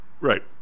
Right